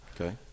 Okay